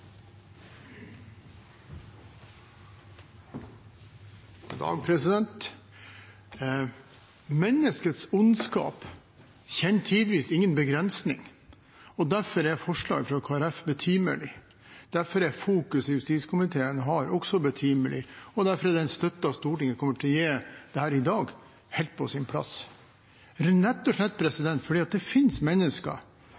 fra Kristelig Folkeparti betimelig. Derfor er fokuset justiskomiteen har, også betimelig. Og derfor er den støtten Stortinget kommer til å gi dette i dag, helt på sin plass – rett og slett